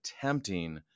tempting